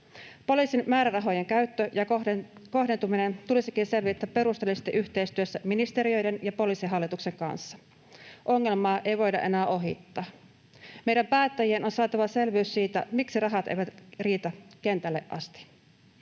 Poliisin määrärahojen käyttö ja kohdentuminen tulisikin selvittää perusteellisesti yhteistyössä ministeriöiden ja Poliisihallituksen kanssa. Ongelmaa ei voida enää ohittaa. Meidän päättäjien on saatava selvyys siitä, miksi rahat eivät riitä kentälle asti.